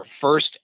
first